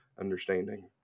understanding